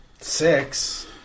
Six